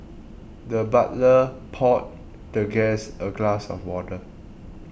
the butler poured the guest a glass of water